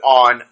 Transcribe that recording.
on